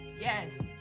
Yes